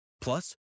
Plus